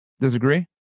Disagree